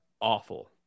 awful